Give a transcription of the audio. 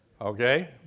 Okay